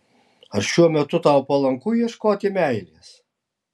ar šiuo metu tau palanku ieškoti meilės